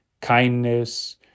kindness